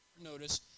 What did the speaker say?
notice